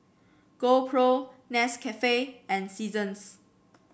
GoPro Nescafe and Seasons